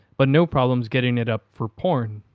but no problems getting it up for porn.